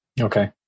Okay